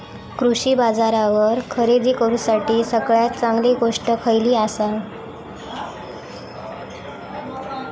कृषी बाजारावर खरेदी करूसाठी सगळ्यात चांगली गोष्ट खैयली आसा?